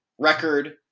record